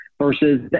versus